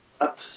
up